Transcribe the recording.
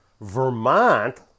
Vermont